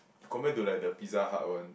compared to like the Pizza Hut one